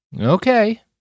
Okay